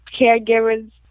caregivers